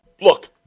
look